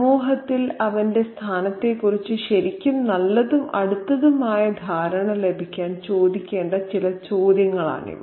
സമൂഹത്തിൽ അവന്റെ സ്ഥാനത്തെക്കുറിച്ച് ശരിക്കും നല്ലതും അടുത്തതുമായ ധാരണ ലഭിക്കാൻ ചോദിക്കേണ്ട ചില ചോദ്യങ്ങളാണിവ